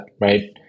right